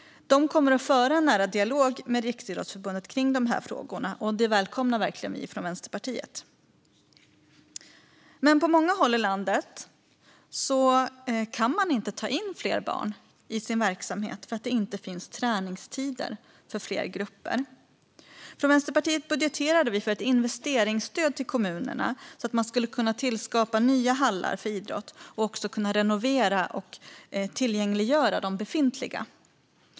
De kommer att föra en nära dialog med Riksidrottsförbundet kring dessa frågor, och det välkomnar vi verkligen från Vänsterpartiet. Men på många håll i landet kan man inte ta in fler barn i sin verksamhet eftersom det inte finns träningstider för fler grupper. Vi från Vänsterpartiet budgeterade för ett investeringsstöd till kommunerna, så att de skulle kunna tillskapa nya hallar för idrott och kunna renovera och tillgängliggöra de befintliga.